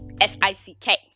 S-I-C-K